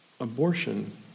Abortion